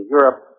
Europe